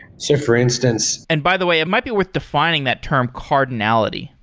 so for instance and by the way, it might be worth defining that term cardinality.